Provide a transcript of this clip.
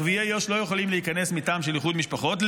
ערביי יו"ש לא יכולים להיכנס מטעם של איחוד משפחות,